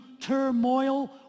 turmoil